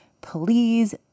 Please